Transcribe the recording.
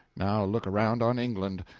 now look around on england.